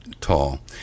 tall